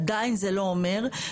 עדיין זה לא אומר.